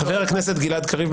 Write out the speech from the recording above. חבר הכנסת גלעד קריב,